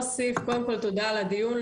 קודם כול, תודה על הדיון.